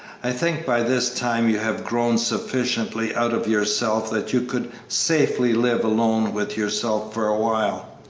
i think by this time you have grown sufficiently out of yourself that you could safely live alone with yourself for a while.